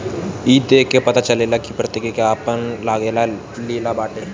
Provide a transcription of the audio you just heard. ई देख के पता चलेला कि प्रकृति के आपन अलगे लीला बाटे